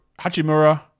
Hachimura